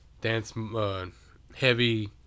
dance-heavy